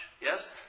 Yes